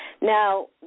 Now